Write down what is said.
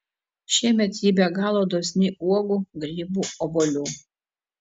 šiemet ji be galo dosni uogų grybų obuolių